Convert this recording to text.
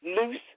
loose